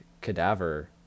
cadaver